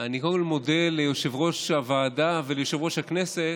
אני קודם כול מודה ליושב-ראש הוועדה וליושב-ראש הכנסת,